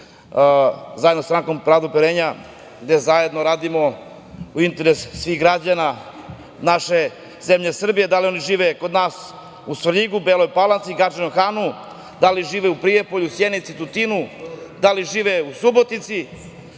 zajedno sa Strankom pravde i pomirenja, gde zajedno radimo u interesu svih građana naše zemlje Srbije, da li oni žive kod nas u Srvljigu, Beloj Palanci, Gadžinom Hanu, da li žive u Prijepolju, Sjenici, Tutinu, da li žive u Subotici,